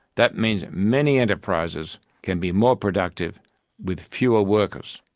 that means many enterprises can be more productive with fewer workers.